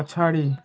पछाडि